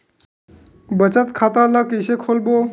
बचत खता ल कइसे खोलबों?